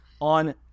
on